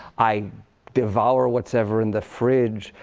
i devour what's ever in the fridge.